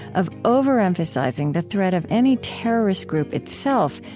of over-emphasizing the threat of any terrorist group itself,